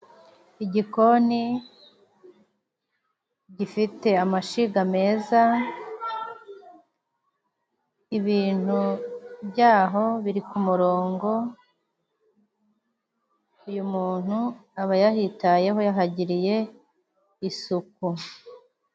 Igikoni gifite amashyiga meza. Ibintu by'aho biri ku murongo. Uyu muntu aba yahitayeho yahagiriye isuku.